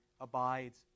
abides